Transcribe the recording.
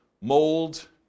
mold